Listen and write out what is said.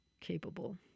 capable